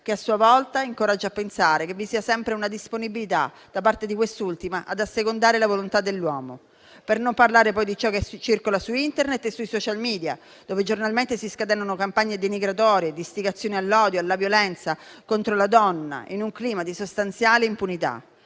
che a sua volta incoraggia a pensare che vi sia sempre una disponibilità da parte di quest'ultima ad assecondare la volontà dell'uomo. Per non parlare poi di ciò che circola su Internet e sui *social media*, dove giornalmente si scatenano campagne denigratorie e di istigazione all'odio e alla violenza contro la donna, in un clima di sostanziale impunità.